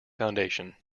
foundation